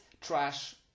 trash